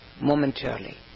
momentarily